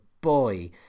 boy